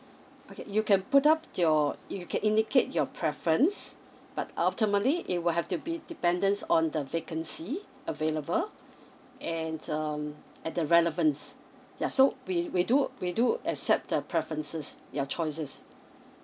okay you can put up your you can indicate your preference but ultimately it will have to be dependence on the vacancy available and um at the relevance yeah so we we do we do accept the preferences your choices